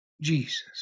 Jesus